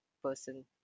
person